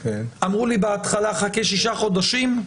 אמרו לי בהתחלה: חכה שישה חודשים.